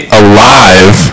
alive